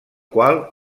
qual